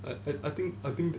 I I think I think